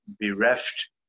bereft